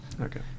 okay